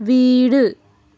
வீடு